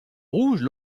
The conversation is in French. rouges